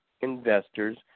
investors